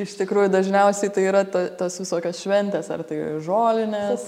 iš tikrųjų dažniausiai tai yra tos visokios šventės ar tai žolinės